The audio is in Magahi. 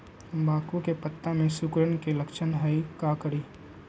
तम्बाकू के पत्ता में सिकुड़न के लक्षण हई का करी?